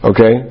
Okay